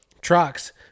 trucks